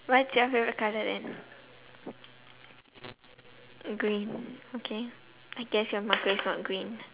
what's your favorite colour then green okay I guess your marker is not green